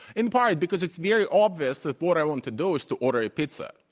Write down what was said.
in part because it's very obvious that what i want to do is to order a pizza.